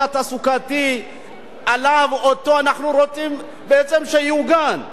התעסוקתי שאנחנו רוצים בעצם שיעוגן.